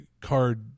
card